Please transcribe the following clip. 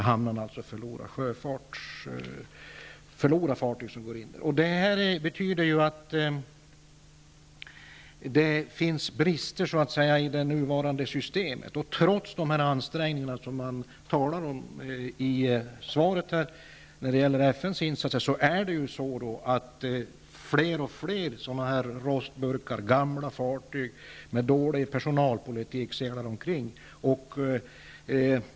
Hamnen skulle då förlora fartyg som går in där. Det finns brister i det nuvarande systemet. Trots de ansträngningar som det talas om i svaret, bl.a. FN:s insatser, blir det fler och fler rostburkar som seglar omkring -- gamla fartyg med dålig personalpolitik.